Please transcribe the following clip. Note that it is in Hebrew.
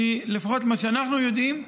כי לפחות ממה שאנחנו יודעים,